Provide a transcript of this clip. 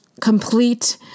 complete